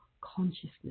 consciousness